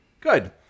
Good